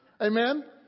Amen